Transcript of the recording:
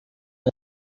بچه